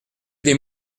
des